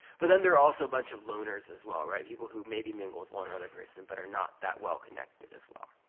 but then there are also a bunch of loaners as well, right? people who maybe mingle with one and other person but are not that well-connected as well.